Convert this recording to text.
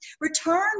return